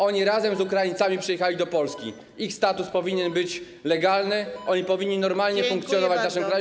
Oni razem z Ukraińcami przyjechali do Polski, ich status powinien być legalny, oni powinni normalnie funkcjonować w naszym kraju.